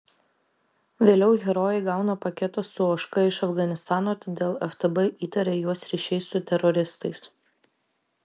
vėliau herojai gauna paketą su ožka iš afganistano todėl ftb įtaria juos ryšiais su teroristais